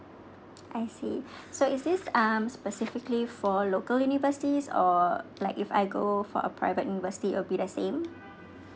I see so is this um specifically for local universities or like if I go for a private university will be the same